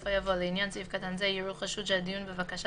בסופו יבוא "לעניין סעיף קטן זה יראו חשוד שהדיון בבקשה